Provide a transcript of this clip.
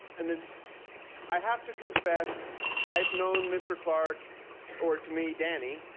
and then i have to confess i've known mr. clark or to me, danny.